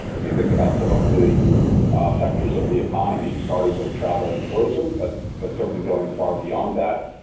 if you think about some of the sectors of the economy, starting with travel and tourism. but but certainly going far beyond that,